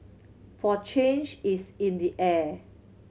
for change is in the air